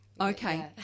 Okay